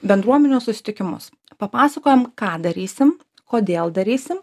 bendruomenių susitikimus papasakojam ką darysim kodėl darysim